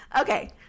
okay